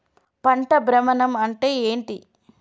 పంట భ్రమణం అంటే ఏంటి?